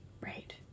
Right